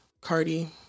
Cardi